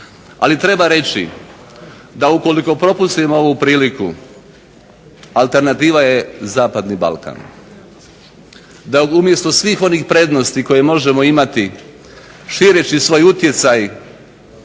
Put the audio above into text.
Ali treba reći da ukoliko propustimo ovu priliku alternativa je zapadni Balkan, da umjesto svih onih prednosti koje možemo imati šireći svoj utjecaj